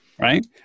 right